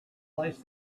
placed